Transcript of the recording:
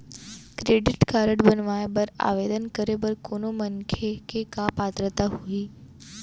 Credit card बनवाए बर आवेदन करे बर कोनो मनखे के का पात्रता होही?